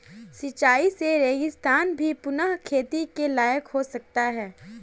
सिंचाई से रेगिस्तान भी पुनः खेती के लायक हो सकता है